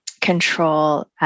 control